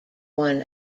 one